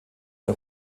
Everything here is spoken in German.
der